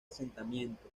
asentamiento